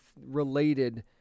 related